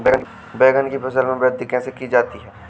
बैंगन की फसल में वृद्धि कैसे की जाती है?